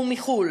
הוא מחו"ל.